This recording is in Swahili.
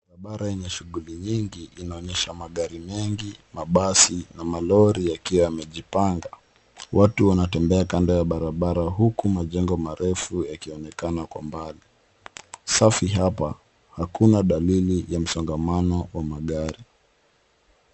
Barabara yenye shughuli nyingi inaonesha magari mengi, mabasi na malori yakiwa yamejipanga. Watu wanatembea kanda ya barabara huku majengo marefu yakionekana kwa mbali. Safi hapa hakuna dalili ya msongamano wa magari.